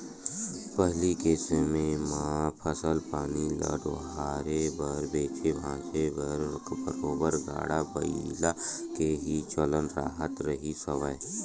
पहिली के समे म फसल पानी ल डोहारे बर बेंचे भांजे बर बरोबर गाड़ा बइला के ही चलन राहत रिहिस हवय